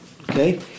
okay